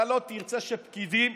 אתה לא תרצה שפקידים